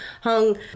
hung